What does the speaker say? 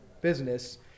business